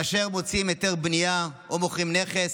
כאשר מוציאים היתר בנייה או מוכרים נכס,